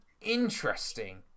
interesting